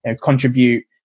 contribute